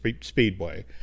speedway